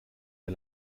der